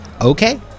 Okay